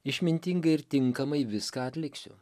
išmintingai ir tinkamai viską atliksiu